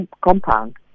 compound